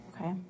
Okay